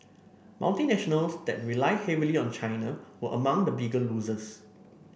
multinationals that rely heavily on China were among the bigger losers